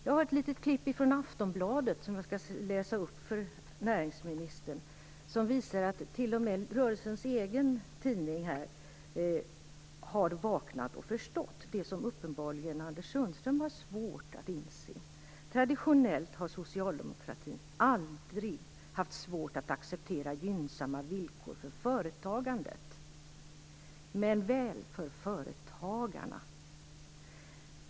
Jag har ett litet urklipp från Aftonbladet som jag skall läsa upp för näringsministern, som visar att t.o.m. rörelsens egen tidning har vaknat och förstått det som uppenbarligen Anders Sundström har svårt att inse. Det står: Traditionellt har socialdemokratin aldrig haft svårt att acceptera gynnsamma villkor för företagandet, men väl för företagarna.